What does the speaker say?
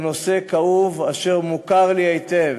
הוא נושא כאוב אשר מוכר לי היטב.